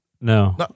No